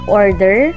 order